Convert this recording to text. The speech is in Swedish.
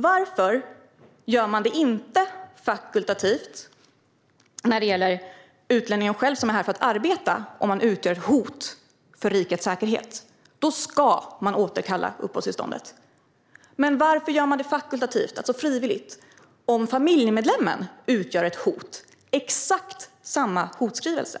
Varför gör man det inte fakultativt när det gäller utlänningen själv som är här för att arbeta? Om den utgör ett hot mot rikets säkerhet ska man återkalla uppehållstillståndet. Varför gör man det fakultativt, alltså frivilligt, om familjemedlemmen utgör ett hot? Det är exakt samma hotskrivelse